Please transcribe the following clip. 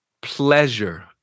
pleasure